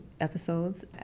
episodes